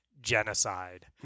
genocide